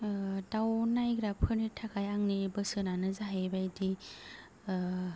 दाउ नायग्राफोरनि थाखाय आंनि बोसोनआनो जाहैबाय दि